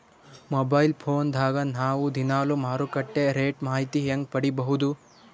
Mobile phone ದಾಗ ನಾವು ದಿನಾಲು ಮಾರುಕಟ್ಟೆ ರೇಟ್ ಮಾಹಿತಿ ಹೆಂಗ ಪಡಿಬಹುದು?